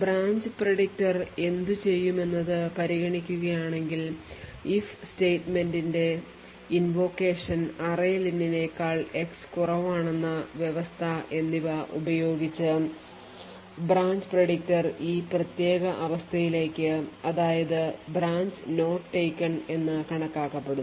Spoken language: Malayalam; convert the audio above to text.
ബ്രാഞ്ച് predictor എന്തുചെയ്യുമെന്നത് പരിഗണിക്കുകയാണെങ്കിൽ if statements ന്റെ invocation array len നേക്കാൾ x കുറവാണെന്ന വ്യവസ്ഥ എന്നിവ ഉപയോഗിച്ച് ബ്രാഞ്ച് predictor ഈ പ്രത്യേക അവസ്ഥയിലേക്ക് അതായത് branch not taken എന്നു കണക്കാക്കപ്പെടുന്നു